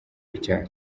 icyaha